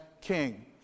king